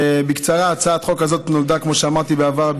בקצרה, הצעת החוק הזאת נולדה, כפי שאמרתי בעבר,